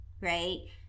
right